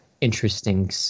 interesting